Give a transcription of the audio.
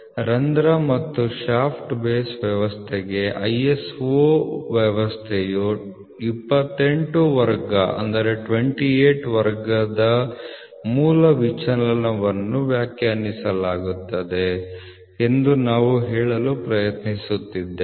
ರಂಧ್ರ ಮತ್ತು shaft base ವ್ಯವಸ್ಥೆಗೆ ISO ವ್ಯವಸ್ಥೆಯು 28 ವರ್ಗದ ಮೂಲ ವಿಚಲನವನ್ನು ವ್ಯಾಖ್ಯಾನಿಸುತ್ತದೆ ಎಂದು ನಾವು ಹೇಳಲು ಪ್ರಯತ್ನಿಸುತ್ತಿದ್ದೇವೆ